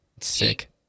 Sick